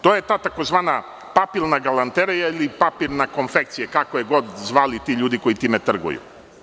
To je ta tzv. papirna galanterija ili papirna konfekcija, kako god je zvali ti ljudi koji time trguju.